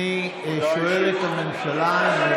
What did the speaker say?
את כולם אתם